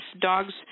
dogs